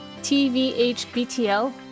TVHBTL